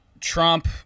Trump